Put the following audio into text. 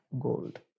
gold